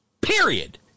Period